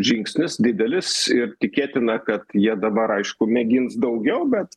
žingsnis didelis ir tikėtina kad jie dabar aišku mėgins daugiau bet